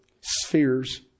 spheres